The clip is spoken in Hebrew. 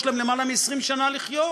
יש להם למעלה מ-20 שנה לחיות,